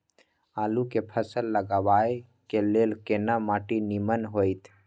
आलू के फसल लगाबय के लेल केना माटी नीमन होयत?